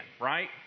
right